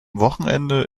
wochenende